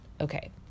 Okay